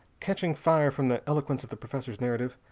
catching fire from the eloquence of the professor's narrative,